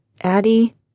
Addie